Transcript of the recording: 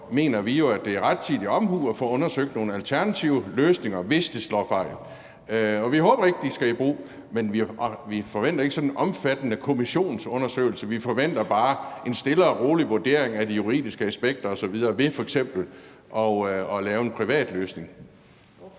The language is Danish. mener vi, at det er rettidig omhu at få undersøgt nogle alternative løsninger, hvis det her slår fejl. Vi håber ikke, at de løsninger skal i brug, og vi forventer ikke en omfattende kommissionsundersøgelse. Vi forventer bare en stille og rolig vurdering af de juridiske aspekter osv. ved f.eks. at lave en privat løsning.